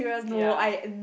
ya